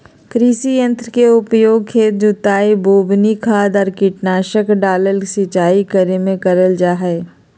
कृषि यंत्र के उपयोग खेत के जुताई, बोवनी, खाद आर कीटनाशक डालय, सिंचाई करे मे करल जा हई